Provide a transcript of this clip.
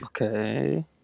Okay